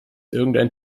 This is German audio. irgendein